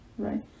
right